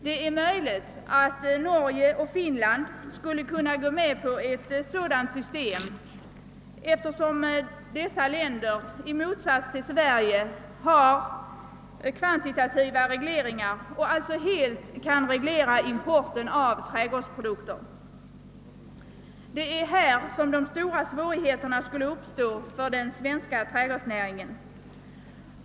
Det är möjligt att Norge och Finland skulle kunna gå med på ett sådant system, eftersom dessa länder i motsats till Sverige har kvantitativa regleringar och alltså helt kan reglera importen av trädgårdsprodukter. Det är här som de stora svårigheterna skulle uppstå för den svenska trädgårdsnäringen.